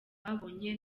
babonye